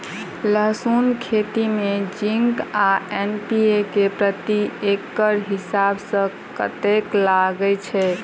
लहसून खेती मे जिंक आ एन.पी.के प्रति एकड़ हिसाब सँ कतेक लागै छै?